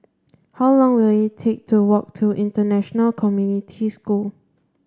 how long will it take to walk to International Community School